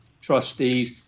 trustees